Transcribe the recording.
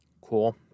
Cool